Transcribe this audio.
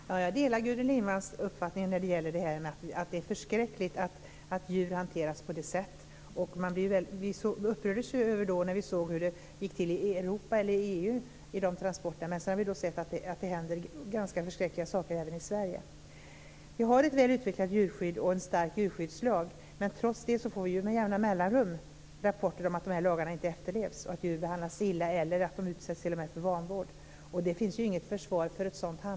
Fru talman! Jag delar Gudrun Lindvalls uppfattning. Det är förskräckligt att djur hanteras på det sättet. Vi upprördes när vi såg hur det gick till vid transporterna i EU. Sedan har vi sett att det händer ganska förskräckliga saker även i Sverige. Vi har ett väl utvecklat djurskydd och en stark djurskyddslag. Trots det får vi med jämna mellanrum rapporter om att lagen inte efterlevs och att djur behandlas illa eller att de t.o.m. utsätts för vanvård. Det finns inget försvar för sådant.